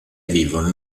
vivono